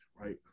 right